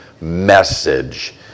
message